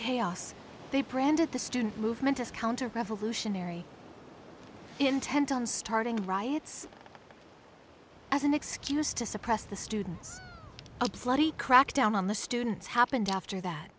chaos they branded the student movement as counter revolutionary intent on starting riots as an excuse to suppress the students a bloody crackdown on the students happened after that